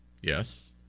yes